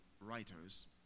writers